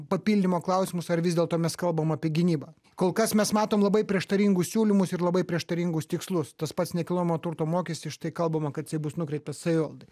papildymo klausimus ar vis dėlto mes kalbam apie gynybą kol kas mes matom labai prieštaringus siūlymus ir labai prieštaringus tikslus tas pats nekilnojamojo turto mokestis štai kalbama kad jisai bus nukreiptas savivaldai